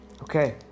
Okay